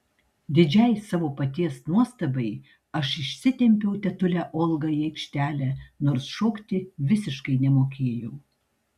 didžiai savo paties nuostabai aš išsitempiau tetulę olgą į aikštelę nors šokti visiškai nemokėjau